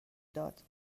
داد